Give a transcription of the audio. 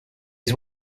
his